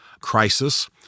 crisis